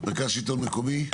מרכז השלטון המקומי?